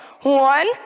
one